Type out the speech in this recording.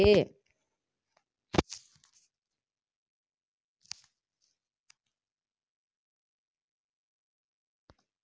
महिला, अनुसूचित जाति आ जनजातिक बीच उद्यमिता के बढ़ाबै लेल एकर शुरुआत कैल गेल छै